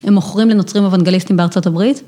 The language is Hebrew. הם מוכרים לנוצרים אוונגליסטיים בארצות הברית?